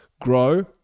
grow